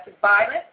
violence